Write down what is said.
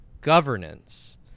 governance